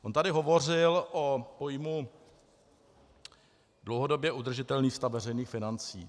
On tady hovořil o pojmu dlouhodobě udržitelný stav veřejných financí.